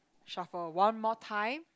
shuffle one more time